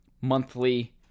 monthly